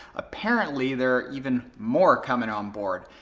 apparently their even more coming on board.